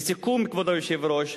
לסיכום, כבוד היושב-ראש,